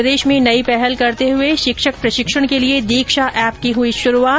प्रदेश में नई पहल करते हुए शिक्षक प्रशिक्षण के लिए दीक्षा एप की हुई शुरूआत